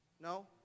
No